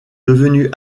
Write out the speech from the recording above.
devenue